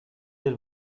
del